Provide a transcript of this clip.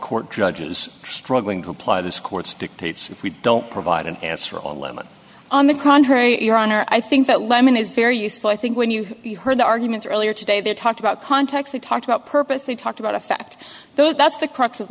court judges struggling to apply this court's dictates if we don't provide an answer or limit on the contrary your honor i think that lemon is very useful i think when you heard the arguments earlier today they talked about context they talked about purpose they talked about effect though that's the crux of